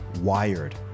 wired